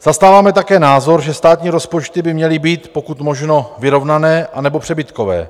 Zastáváme také názor, že státní rozpočty by měly být pokud možno vyrovnané anebo přebytkové.